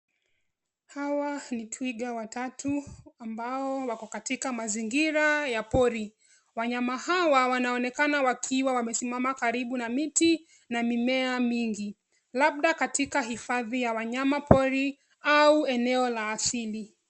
Hawa ni twiga watatu ambao wako katika mazingira ya pori. Wanyama hawa wanaonekana wakiwa wamesimama karibu na miti na mimea mingi labda katika hifadhi ya wanyamapori au eneo la asili.